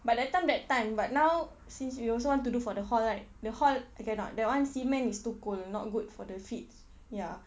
but that time that time but now since you also want to do for the hall right the hall I cannot that [one] cement is too cold not good for the feet ya